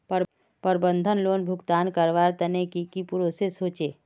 प्रबंधन लोन भुगतान करवार तने की की प्रोसेस होचे?